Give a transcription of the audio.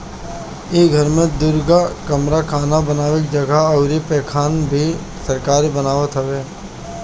इ घर में दुगो कमरा खाना बानवे के जगह अउरी पैखाना भी सरकार बनवावत हवे